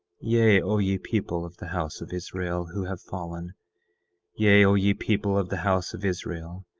yea, o ye people of the house of israel, who have fallen yea, o ye people of the house of israel,